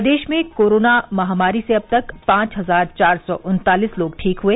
प्रदेश में कोरोना महामारी से अब तक पांच हजार चार सौ उन्तालीस लोग ठीक हुए